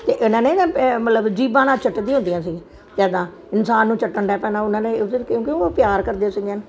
ਅਤੇ ਇਹਨਾਂ ਨੇ ਨਾ ਮਤਲਬ ਜੀਭਾਂ ਨਾਲ ਚੱਟਦੀ ਹੁੰਦੀਆਂ ਸੀ ਅਤੇ ਇੱਦਾਂ ਇਨਸਾਨ ਨੂੰ ਚੱਟਣ ਲੱਗ ਪੈਣਾ ਉਹਨਾਂ ਨੇ ਕਿਉਂਕਿ ਉਹ ਪਿਆਰ ਕਰਦੇ ਸੀਗੇ